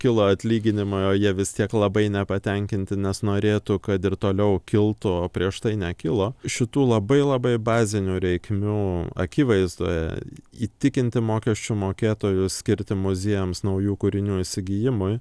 kilo atlyginimai o jie vis tiek labai nepatenkinti nes norėtų kad ir toliau kiltų o prieš tai nekilo šitų labai labai bazinių reikmių akivaizdoje įtikinti mokesčių mokėtojus skirti muziejams naujų kūrinių įsigijimui